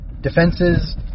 defenses